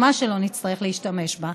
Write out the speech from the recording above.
ממש שלא נצטרך להשתמש בה.